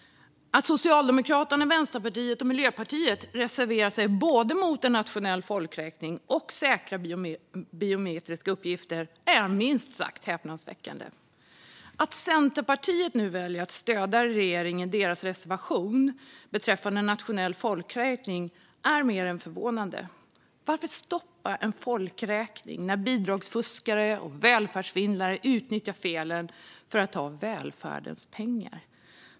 Att Socialdemokraterna, Vänsterpartiet och Miljöpartiet reserverar sig mot både en nationell folkräkning och säkra biometriska uppgifter är minst sagt häpnadsväckande. Att Centerpartiet nu väljer att stödja regeringen i deras reservation beträffande nationell folkräkning är mer än förvånande. Varför stoppa en folkräkning när bidragsfuskare och välfärdssvindlare utnyttjar felen för att ta välfärdens pengar?